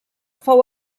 fou